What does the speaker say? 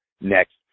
next